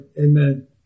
Amen